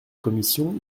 commission